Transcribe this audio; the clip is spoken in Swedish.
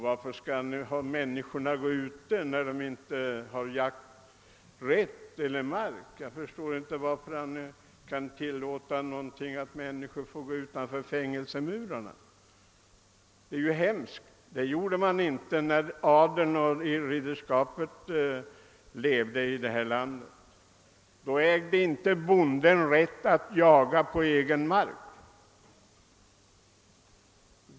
Varför skall människorna få vistas ute i naturen när de inte har jakträtt eller rätt till mark? Jag förstår inte hur herr Hedin över huvud taget kan tillåta att människorna går utanför fängelsemurarna. Det är ju för hemskt! När ridderskapet och adeln hade makt!en här i landet, ägde bonden inte rätt att jaga på egen mark.